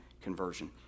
conversion